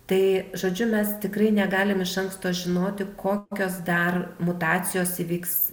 tai žodžiu mes tikrai negalim iš anksto žinoti kokios dar mutacijos įvyks